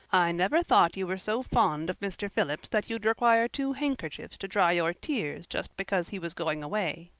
i never thought you were so fond of mr. phillips that you'd require two handkerchiefs to dry your tears just because he was going away,